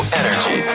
energy